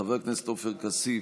חבר הכנסת עופר כסיף,